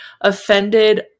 offended